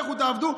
לכו תעבדו,